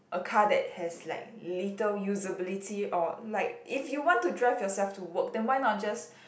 a car that has like little usability or like if you want to drive yourself to work then why not just